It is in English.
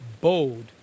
Bold